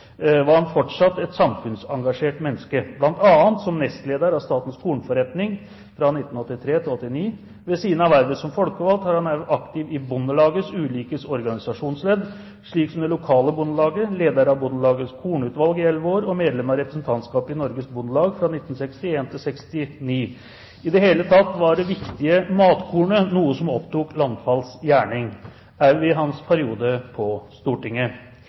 var han fortsatt et samfunnsengasjert menneske, bl.a. som nestleder av Statens Kornforretning fra 1983 til 1989. Ved siden av vervet som folkevalgt var han også aktiv i Bondelagets ulike organisasjonsledd, slik som det lokale bondelaget, leder av Bondelagets kornutvalg i elleve år og medlem av representantskapet i Norges Bondelag fra 1961 til 1969. I det hele tatt var det viktige matkornet noe som opptok Landfalds gjerning, også i hans periode på Stortinget.